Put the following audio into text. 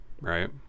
Right